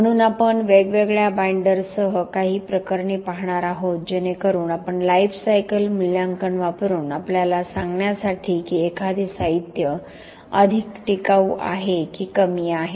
म्हणून आपण वेगवेगळ्या बाइंडरसह काही प्रकरणे पाहणार आहोत जेणेकरुन आपण लाईफ सायकल मुल्यांकन वापरून आपल्याला सांगण्यासाठी की एखादे साहित्य अधिक टिकाऊ आहे की कमी आहे